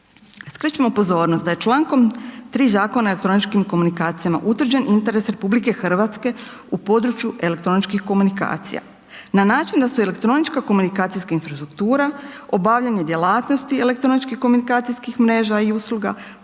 skrećemo pozornost da je člankom 3. Zakona o elektroničkim komunikacijama utvrđen interes Rh u području elektroničkih komunikacija na način da se elektronička komunikacijska infrastruktura, obavljanje djelatnosti elektroničko-komunikacijskih mreža i usluga,